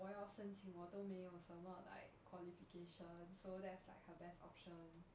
我要申请我都没有什么 like qualification so there's like her best option